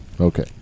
Okay